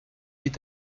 est